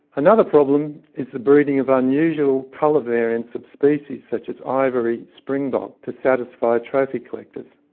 another problem is the breeding of unusual colour variants of species such as ivory springbok to satisfy trophy collectors.